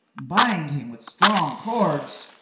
bind him with strong cords.